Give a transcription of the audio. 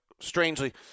strangely